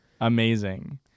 Amazing